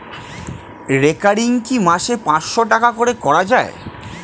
Recurring কি মাসে পাঁচশ টাকা করে করা যায়?